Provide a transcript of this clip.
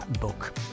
book